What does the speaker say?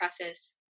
preface